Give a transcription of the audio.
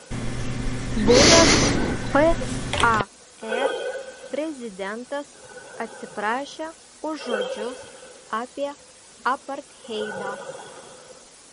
buvęs par prezidentas atsiprašė už žodžius apie apartheidą